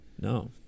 No